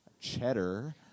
cheddar